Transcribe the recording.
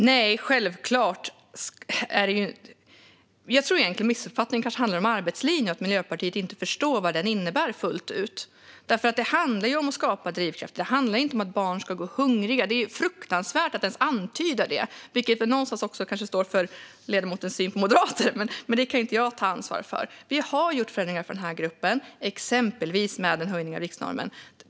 Fru talman! Jag tror egentligen att missuppfattningen kanske handlar om arbetslinjen och att Miljöpartiet inte fullt ut förstår vad den innebär. Det handlar om att skapa drivkrafter. Det handlar inte om att barn ska gå hungriga - det är fruktansvärt att ens antyda detta. Det kanske säger något om ledamotens syn på moderater, men det kan inte jag ta ansvar för. Vi har gjort förändringar för den här gruppen, exempelvis genom en höjning av riksnormen.